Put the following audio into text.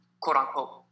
quote-unquote